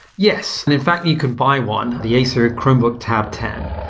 yes, in fact you can buy one, the acer chromebook tab ten.